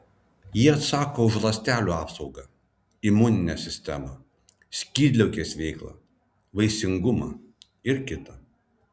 jie atsako už ląstelių apsaugą imuninę sistemą skydliaukės veiklą vaisingumą ir kita